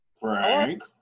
Frank